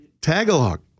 Tagalog